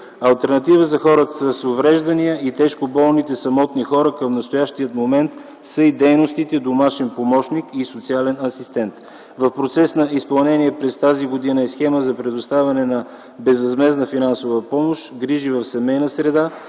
Алтернатива за хората с увреждания и тежко болните самотни хора към настоящия момент са и дейностите „домашен помощник” и „социален асистент”. В процес на изпълнение през тази година е схема за предоставяне на безвъзмездна финансова помощ, грижа в семейна среда